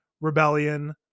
rebellion